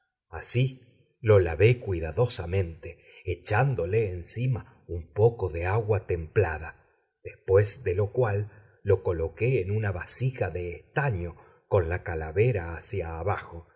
así lo lavé cuidadosamente echándole encima un poco de agua templada después de lo cual lo coloqué en una vasija de estaño con la calavera hacia abajo